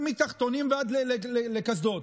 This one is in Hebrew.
מתחתונים ועד לקסדות.